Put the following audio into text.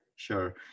Sure